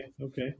okay